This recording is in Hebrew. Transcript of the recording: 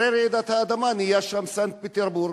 אחרי רעידת האדמה נהייתה סנט-פטרסבורג,